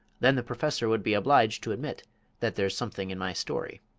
then the professor would be obliged to admit that there's something in my story.